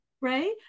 right